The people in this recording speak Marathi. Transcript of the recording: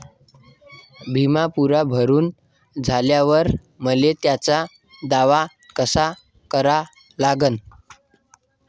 बिमा पुरा भरून झाल्यावर मले त्याचा दावा कसा करा लागन?